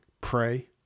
Pray